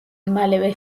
მალევე